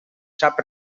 sap